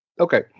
Okay